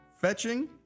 fetching